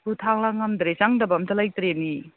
ꯄꯨ ꯊꯥꯡ ꯂꯥꯛ ꯉꯝꯗ꯭ꯔꯦ ꯆꯪꯗꯕ ꯑꯝꯇ ꯂꯩꯇ꯭ꯔꯦꯃꯤ